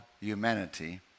humanity